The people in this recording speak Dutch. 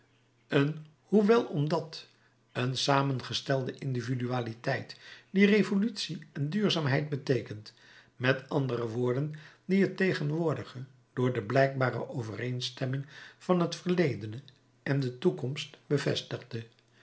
een hoewel omdat een samengestelde individualiteit die revolutie en duurzaamheid beteekent met andere woorden die het tegenwoordige door de blijkbare overeenstemming van het verledene en de toekomst bevestigde